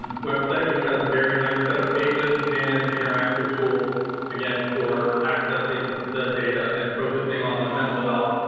website which has a very nice set of pages and interactive tools again for accessing the data and focusing on the mental health,